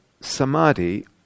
samadhi